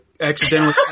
accidentally